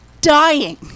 dying